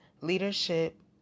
leadership